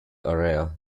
area